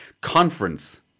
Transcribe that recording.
conference